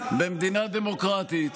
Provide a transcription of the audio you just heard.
במדינה דמוקרטית.